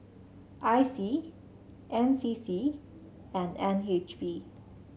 I C N C C and N H B